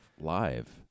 live